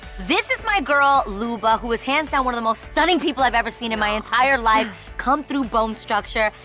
this is my girl luba, who is hands down one of the most stunning people i've ever seen in my entire life, come through bone structure.